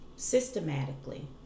systematically